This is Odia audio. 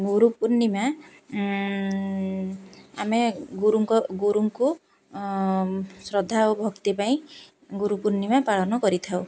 ଗୁରୁପୂର୍ଣ୍ଣିମା ଆମେ ଗୁରୁଙ୍କ ଗୁରୁଙ୍କୁ ଶ୍ରଦ୍ଧା ଓ ଭକ୍ତି ପାଇଁ ଗୁରୁପୂର୍ଣ୍ଣିମା ପାଳନ କରିଥାଉ